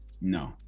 No